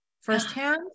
firsthand